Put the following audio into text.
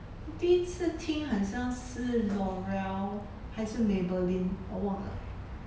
第一次听很像是 l'oreal 还是 maybelline 我忘了